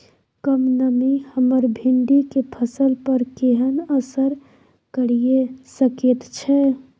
कम नमी हमर भिंडी के फसल पर केहन असर करिये सकेत छै?